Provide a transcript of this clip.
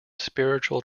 spiritual